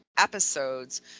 episodes